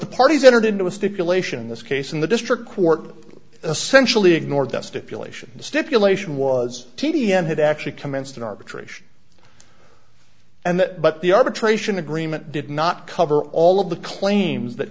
the parties entered into a stipulation in this case and the district court essentially ignored that stipulation the stipulation was t d m had actually commenced an arbitration and that but the arbitration agreement did not cover all of the claims that